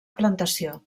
plantació